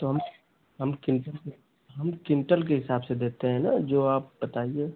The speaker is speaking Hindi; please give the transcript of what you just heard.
तो हम हम किनटल के हम किनटल के हिसाब से देते हैं न जो आप बताइए